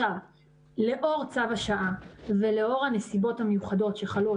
לאור צו השעה ולאור הנסיבות המיוחדות שחלות